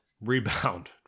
rebound